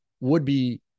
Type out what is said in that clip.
would-be